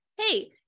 hey